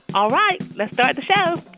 all right, let's start the show